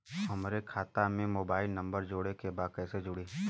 हमारे खाता मे मोबाइल नम्बर जोड़े के बा कैसे जुड़ी?